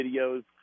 videos